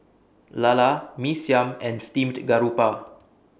Lala Mee Siam and Steamed Garoupa